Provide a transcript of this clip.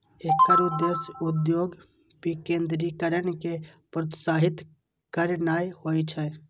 एकर उद्देश्य उद्योगक विकेंद्रीकरण कें प्रोत्साहित करनाय होइ छै